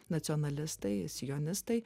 nacionalistai sionistai